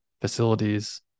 facilities